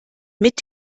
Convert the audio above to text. mit